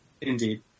Indeed